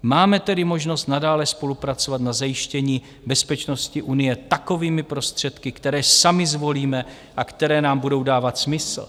Máme tedy možnost nadále spolupracovat na zajištění bezpečnosti Unie takovými prostředky, které sami zvolíme a které nám budou dávat smysl.